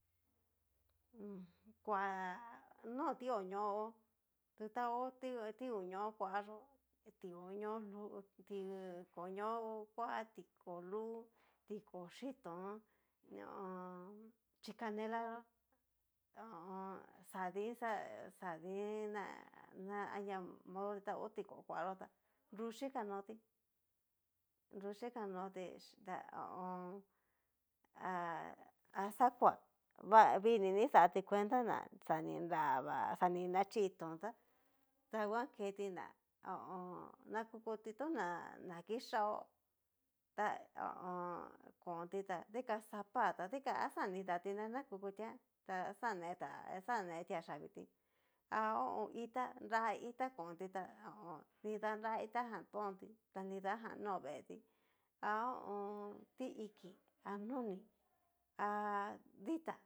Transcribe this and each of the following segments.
ku no tikoñó hó tu angu tikoño kua yó, koño lu tikoño kua tiko lú, tiko chitón ho o on. chikanela yó ho o on. xadin xadin na anria modoti ta ho tiko koa yó ta nru xhikanoti. nru xhikanoti ta ho o on. a axakua va vi ni xati cuenta ná xa ni nrava xa ni nachí tón ta danguan keti ná ho o on nakukuti toná kixao ta ho o on. konti tá dika sapa ta dikan axan nidati na nakukutía ta xaneta xanetia yavití ha ho o on. itá nrá itá kon ti ta ho o on. nida nrá itájan tonti tá nidajan no veetí, ha ho o on. ti iki ha noni, ha ditá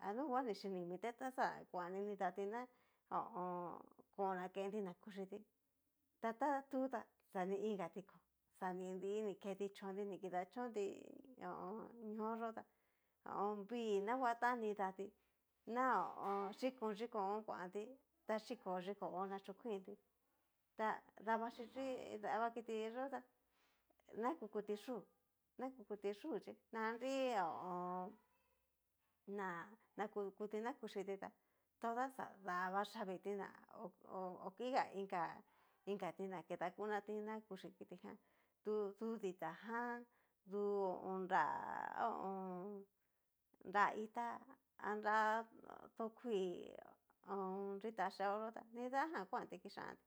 a nunguan ni chinimiti ta xa kuan nidati ná ho o on. ko nakenti ná kuchiti, ta tú ta xani iingatí kó xa ni nri ni keti chónti ni kidachonti ñó'o yo ta vii naguatanti nidati na ho o on. xhikon xhikon ón kuanti, ta xhikon xhikon ón nachukuintí ta davayichí dava kiti yó tá nayuyu ti yú nayuyuti yú xhi na nri na na kukuti na yuchiti tá toda xa dava yaviti na hokiga inkati na nedakunati na kuchi kiti jan tu du ditajan du ho o on. nra ho o on nra itá anra kito kuii han nrita yeo yo ta nidajan kuanti kixantí.